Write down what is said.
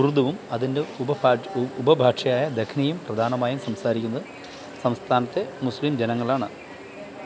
ഉറുദുവും അതിന്റെ ഉപഭാഷ ഉപഭാഷയായ ദഖ്നിയും പ്രധാനമായും സംസാരിക്കുന്നത് സംസ്ഥാനത്തെ മുസ്ലിം ജനങ്ങളാണ്